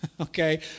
okay